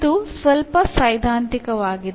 ಇದು ಸ್ವಲ್ಪ ಸೈದ್ಧಾಂತಿಕವಾಗಿದೆ